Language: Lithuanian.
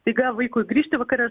staiga vaikui grįžti vakare